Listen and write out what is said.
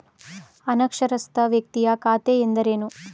ಅನಕ್ಷರಸ್ಥ ವ್ಯಕ್ತಿಯ ಖಾತೆ ಎಂದರೇನು?